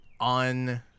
on